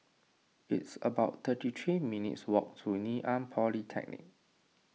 it's about thirty three minutes' walk to Ngee Ann Polytechnic